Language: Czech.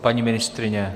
Paní ministryně?